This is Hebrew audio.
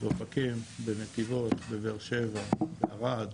באופקים, בנתיבות, בבאר שבע, בערד,